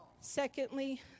secondly